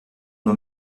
nos